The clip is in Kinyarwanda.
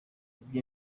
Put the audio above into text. ibyo